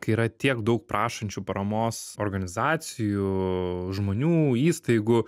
kai yra tiek daug prašančių paramos organizacijų žmonių įstaigų